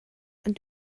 ond